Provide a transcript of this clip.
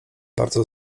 bardzo